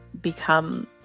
become